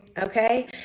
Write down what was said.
Okay